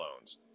loans